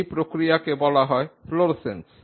এই প্রক্রিয়াকে বলা হয় ফ্লোরসেন্স